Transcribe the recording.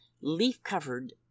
leaf-covered